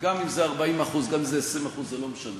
גם אם זה 20% זה לא משנה.